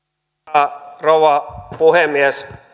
arvoisa rouva puhemies